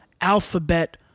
alphabet